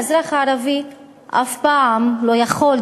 האזרח הערבי אף פעם לא יכול,